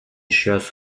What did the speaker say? щось